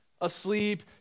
asleep